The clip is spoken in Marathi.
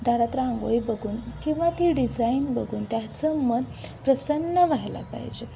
दारात रांगोळी बघून किंवा ती डिझाईन बघून त्याचं मन प्रसन्न व्हायला पाहिजे